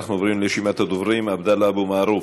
אנחנו עוברים לרשימת הדוברים: עבדאללה אבו מערוף,